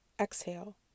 exhale